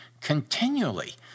continually